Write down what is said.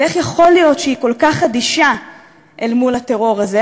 ואיך יכול להיות שהיא כל כך אדישה אל מול הטרור הזה?